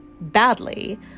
badly